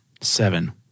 Seven